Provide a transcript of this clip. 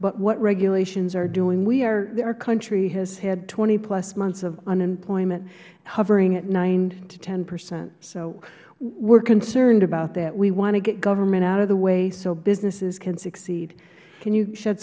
but what regulations are doing our country has had twenty plus months of unemployment hovering at nine to ten percent so we are concerned about that we want to get government out of the way so businesses can succeed can you s